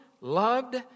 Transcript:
loved